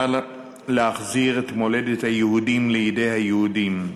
להחזיר את מולדת היהודים לידי היהודים.